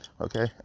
okay